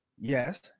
yes